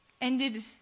ended